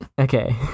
Okay